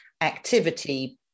activity